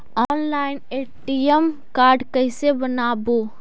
Online ATM card कैसे बनाबौ?